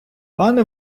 пане